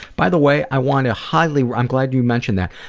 by the way, i want to highly, i'm glad you mentioned that.